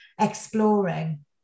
exploring